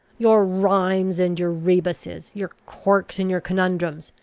your rhymes and your rebusses, your quirks and your conundrums,